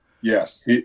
Yes